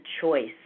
choice